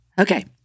Okay